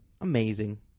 Amazing